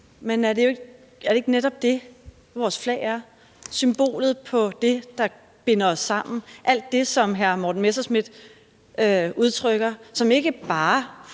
Men er det ikke netop det, vores flag er: symbolet på det, der binder os sammen? Er det ikke alt det, som hr. Morten Messerschmidt udtrykker, som ikke bare